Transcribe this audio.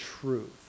truth